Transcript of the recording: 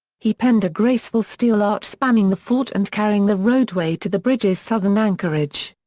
he penned a graceful steel arch spanning the fort and carrying the roadway to the bridge's southern anchorage.